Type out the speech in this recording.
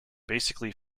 basically